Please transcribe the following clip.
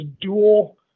dual